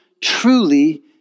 truly